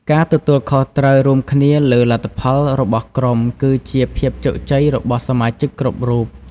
ការទទួលខុសត្រូវរួមគ្នាលើលទ្ធផលរបស់ក្រុម គឺជាភាពជោគជ័យរបស់សមាជិកគ្រប់រូប។